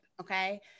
okay